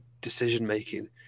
decision-making